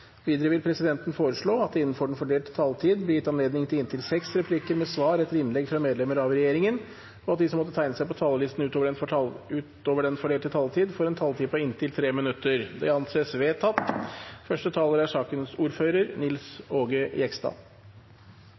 Videre vil presidenten foreslå at det – innenfor den fordelte taletid – blir gitt anledning til inntil seks replikker med svar etter innlegg fra medlemmer av regjeringen, og at de som måtte tegne seg på talerlisten utover den fordelte taletid, får en taletid på inntil 3 minutter. – Det anses vedtatt. I dag er